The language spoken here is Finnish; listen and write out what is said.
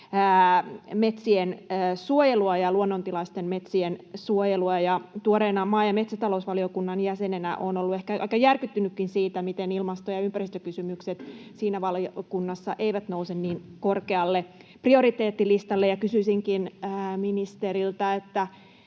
metsien suojelua ja luonnontilaisten metsien suojelua. Tuoreena maa- ja metsätalousvaliokunnan jäsenenä olen ollut ehkä aika järkyttynytkin siitä, miten ilmasto- ja ympäristökysymykset siinä valiokunnassa eivät nouse niin korkealle prioriteettilistalla. Kysyisinkin ministeriltä: kun